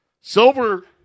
Silver